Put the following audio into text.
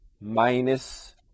minus